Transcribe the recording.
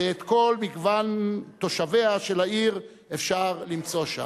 ואת כל מגוון תושביה של העיר אפשר למצוא שם: